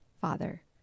father